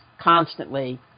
constantly